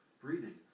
breathing